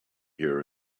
here